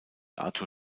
arthur